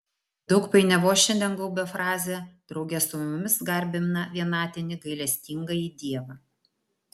daug painiavos šiandien gaubia frazę drauge su mumis garbina vienatinį gailestingąjį dievą